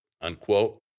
Unquote